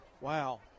Wow